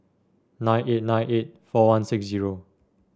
nine eight nine eight four one six zero